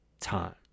time